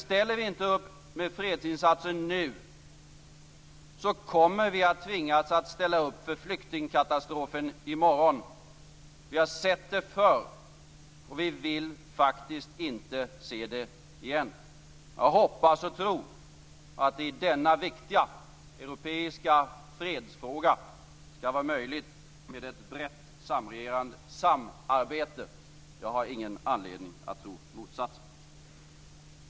Ställer vi inte upp med fredsinsatser nu kommer vi att tvingas ställa upp för flyktingkatastrofen i morgon. Vi har sett det förr, och vi vill inte se det igen. Jag hoppas och tror att det i denna viktiga europeiska fredsfråga skall vara möjligt med ett brett samarbete. Jag har ingen anledning att tro motsatsen.